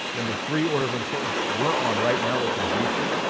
number three, order of importance we're on right now, which is youtube.